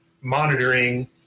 monitoring